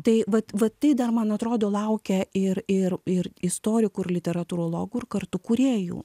tai vat va tai dar man atrodo laukia ir ir ir istorikų ir literatūrologų ir kartu kūrėjų